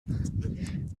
can